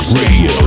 Radio